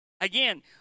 Again